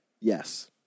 Yes